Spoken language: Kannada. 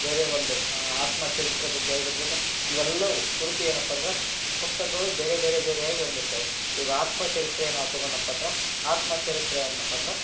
ಬೇರೆ ಒಂದು ಆತ್ಮಚರಿತ್ರೆ ಬಗ್ಗೆ ಆಗಿರ್ಬೋದು ಇವೆಲ್ಲವು ಕುರಿತು ಏನಪ್ಪ ಅಂದ್ರೆ ಪುಸ್ತಕಗಳು ಬೇರೆ ಬೇರೆ ಬೇರೆಯಾಗಿ ಹೊಂದಿರ್ತಾವ್ ಇವಾಗ ಆತ್ಮಚರಿತ್ರೆ ನಾವು ತಗೊಂಡಪ್ಪ ಅಂದ್ರೆ ಆತ್ಮಚರಿತ್ರೆ ಹೇಗಪ್ಪ ಅಂದ್ರೆ